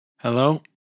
Hello